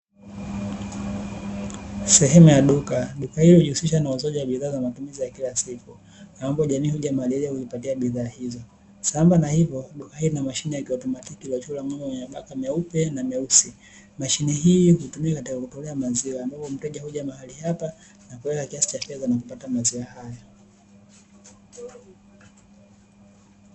Sehemu ya duka. Duka hili hujihusisha na uuzaji wa bidhaa za matumizi ya kila siku, ambayo jamii huja mahali hiyo kujipatia bidhaa hizo. Sambamba na hivo, duka hili lina mashine ya kiotomatiki iliyochorwa mnyama mwenye mabaka meupe na meusi. Mashine hii hutumika katika kutolea maziwa ambapo mteja huja mahali hapa na kuweka kiasi cha fedha na kupata maziwa haya.